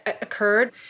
occurred